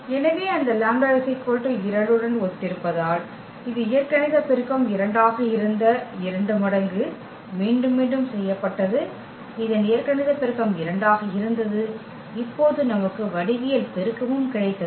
எனவே அந்த λ 2 உடன் ஒத்திருப்பதால் இது இயற்கணித பெருக்கம் 2 ஆக இருந்த 2 மடங்கு மீண்டும் மீண்டும் செய்யப்பட்டது இதன் இயற்கணித பெருக்கம் 2 ஆக இருந்தது இப்போது நமக்கு வடிவியல் பெருக்கமும் கிடைத்தது